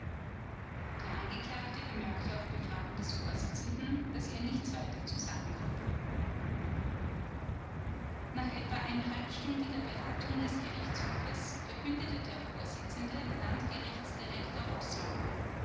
der angeklagte bemerkte auf befragen des vorsitzenden daß er nichts weiter zu sagen habe nach etwa einhalbstündiger beratung des gerichtshofes verkündete der vorsitzende landgerichtsdirektor roßmann